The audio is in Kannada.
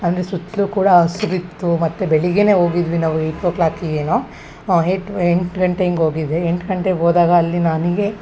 ಅಂದರೆ ಸುತ್ತಲೂ ಕೂಡ ಹಸ್ರ್ ಇತ್ತು ಮತ್ತು ಬೆಳಿಗ್ಗೆನೇ ಹೋಗಿದ್ವಿ ನಾವು ಎಯ್ಟ್ ಓ ಕ್ಲಾಕಿಗೆ ಏನೋ ಎಯ್ಟ್ ಎಂಟು ಗಂಟೆ ಹಿಂಗ್ ಹೋಗಿದ್ವಿ ಎಂಟು ಗಂಟೆಗೆ ಹೋದಾಗ ಅಲ್ಲಿ ನನಗೆ